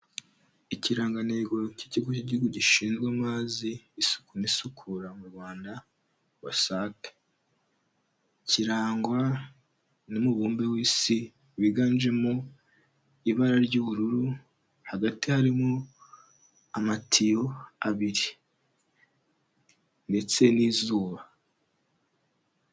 Ikirangantego k'ikigo cy'igihugu gishinzwe amazi isuku n'isukura mu Rwanda WASAC, kirangwa n'umubumbe w'isi, wiganjemo ibara ry'ubururu hagati harimo amatiyo abiri ndetse n'izuba.